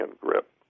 grip